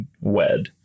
wed